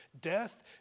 death